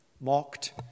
mocked